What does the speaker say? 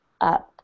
up